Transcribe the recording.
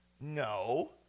No